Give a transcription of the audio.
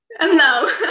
No